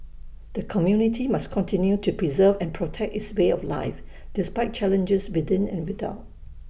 the community must continue to preserve and protect its way of life despite challenges within and without